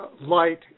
light